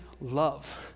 love